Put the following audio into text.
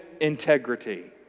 integrity